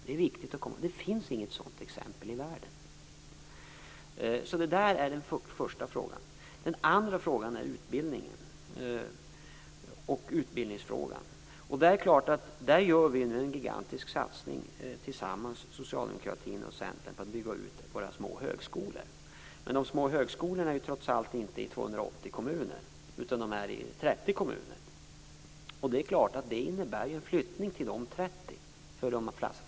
Det är viktigt att komma ihåg. Det finns inget sådant exempel i världen. Det är den första frågan. Den andra frågan gäller utbildningen. Socialdemokratin och Centern gör nu tillsammans en gigantisk satsning på att bygga ut de små högskolorna. Små högskolor finns trots allt inte i 280 kommuner, utan i 30 kommuner. Det innebär att de flesta ungdomar får flytta till dessa 30 kommuner.